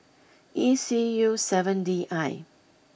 E C U seven D I